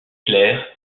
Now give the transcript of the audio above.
claire